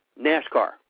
NASCAR